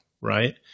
right